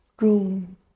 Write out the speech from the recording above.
room